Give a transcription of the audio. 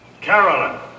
Carolyn